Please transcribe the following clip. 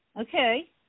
Okay